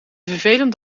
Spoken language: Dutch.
vervelend